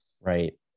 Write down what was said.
Right